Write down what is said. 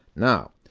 now,